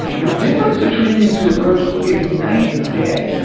the difference between these two approaches is night and day,